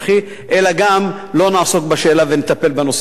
אלא גם לא נעסוק בשאלה ונטפל בנושא החרדי.